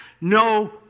no